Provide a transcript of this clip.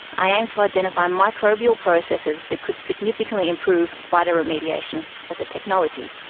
i aim to identify microbial processes that could significantly improve phytoremediation as a technology.